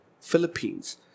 Philippines